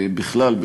בכלל,